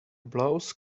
blouse